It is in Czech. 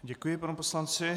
Děkuji panu poslanci.